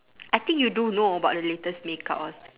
I think you do know about the latest makeup or sk~